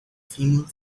female